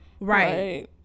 Right